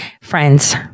friends